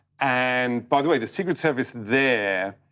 and by the way, the secret service there,